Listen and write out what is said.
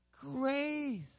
grace